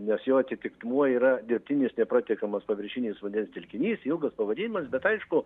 nes jo atitikmuo yra dirbtinis nepratekamas paviršinis vandens telkinys ilgas pavadinimas bet aišku